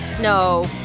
No